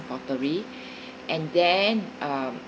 pottery and then um